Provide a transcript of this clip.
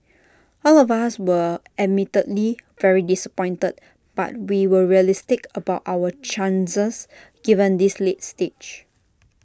all of us were admittedly very disappointed but we were realistic about our chances given this late stage